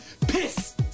piss